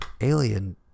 alien